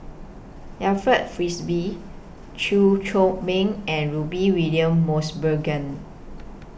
Alfred Frisby Chew Chor Meng and Rudy William Mosbergen